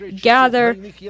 gather